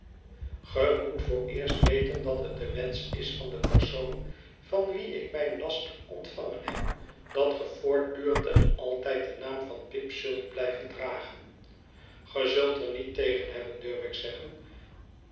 ge moet vooreerst weten dat het de wensch is van den persoon van wien ik mijn last ontvangen heb dat ge voortdurend en altijcl den naam van pip zuit blijven dragen ge zult er niet tegen hebben durf ik zeggen